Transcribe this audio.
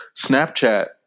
Snapchat